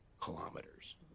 kilometers